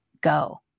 go